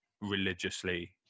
religiously